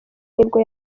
nibwo